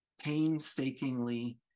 painstakingly